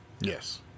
Yes